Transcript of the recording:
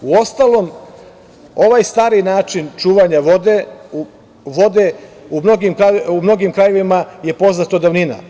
Uostalom, ovaj stari način čuvanja vode u mnogim krajevima je poznat od davnina.